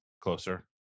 Closer